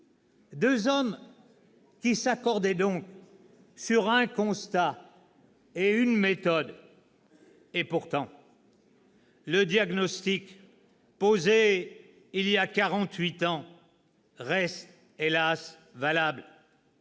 deux hommes qui s'accordaient donc sur un constat et sur une méthode. « Et pourtant, le diagnostic posé il y a quarante-huit ans reste hélas valable